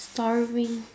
sorry